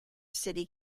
city